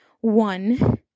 one